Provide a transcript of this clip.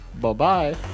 Bye-bye